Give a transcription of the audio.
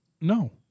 No